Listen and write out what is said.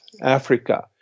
Africa